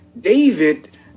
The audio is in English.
David